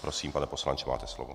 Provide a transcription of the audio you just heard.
Prosím, pane poslanče, máte slovo.